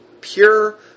pure